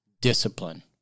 Discipline